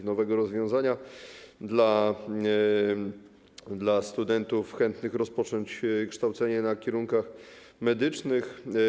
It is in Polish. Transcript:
To nowe rozwiązanie dla studentów chętnych rozpocząć kształcenie na kierunkach medycznych.